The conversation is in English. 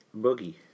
Boogie